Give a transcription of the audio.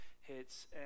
hits